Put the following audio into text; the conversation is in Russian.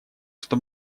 что